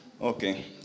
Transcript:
okay